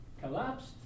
collapsed